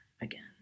again